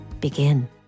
begin